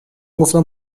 گفتم